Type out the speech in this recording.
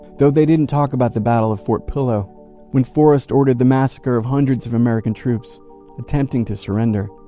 though they didn't talk about the battle of fort pillow when forrest ordered the massacre of hundreds of american troops attempting to surrender,